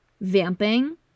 vamping